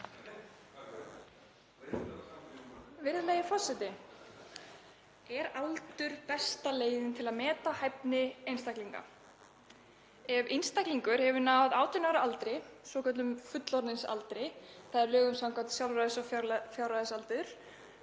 Virðulegi forseti. Er aldur besta leiðin til að meta hæfni einstaklinga? Ef einstaklingur hefur náð 18 ára aldri, svokölluðum fullorðinsaldri, en lögum samkvæmt er það sjálfræðis- og fjárræðisaldur,